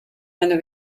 eine